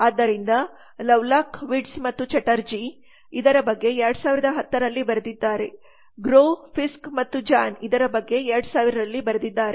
ಆದ್ದರಿಂದ Lovelock Wirtz ಮತ್ತು ಚಟರ್ಜಿLovelock Wirtz and Chatterjee ಇದರ ಬಗ್ಗೆ 2010 ರಲ್ಲಿ ಬರೆದಿದ್ದಾರೆ ಗ್ರೋವ್ ಫಿಸ್ಕ್ ಮತ್ತು ಜಾನ್Grove Frisk and John ಇದರ ಬಗ್ಗೆ 2000 ರಲ್ಲಿ ಬರೆದಿದ್ದಾರೆ